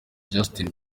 justin